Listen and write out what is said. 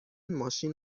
ماشین